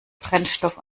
brennstoff